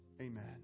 Amen